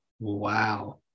Wow